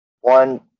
one